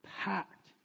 packed